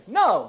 no